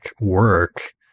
work